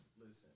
listen